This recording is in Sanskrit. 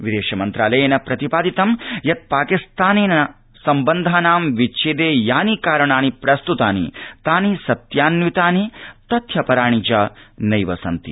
विदेश मन्त्रालयेन प्रतिपादितं यत् पाकिस्तानेन सम्बन्धानां विच्छेदे यानि करणानि प्रस्त्तानि तानि सत्यान्वितानि तथ्यपराणि च नैव सन्ति